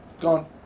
gone